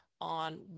on